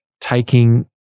taking